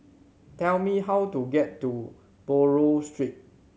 tell me how to get to Buroh Street